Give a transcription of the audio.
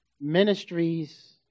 ministries